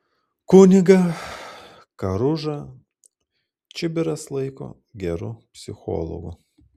kunigą karužą čibiras laiko geru psichologu